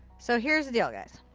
so here's the deal, guys.